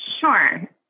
Sure